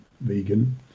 vegan